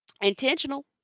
Intentional